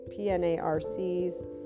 PNARCs